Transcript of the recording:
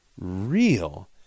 real